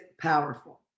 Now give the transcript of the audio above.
powerful